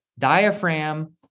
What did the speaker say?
diaphragm